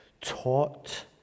taught